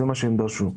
זה מה שהם ביקשו.